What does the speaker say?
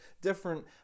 different